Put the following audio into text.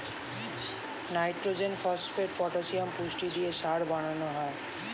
nitrogen, phosphate, potassium পুষ্টি দিয়ে সার বানানো হয়